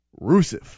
Rusev